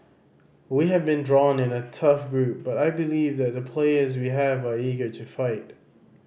we have been drawn in a tough group but I believe that the players we have are eager to fight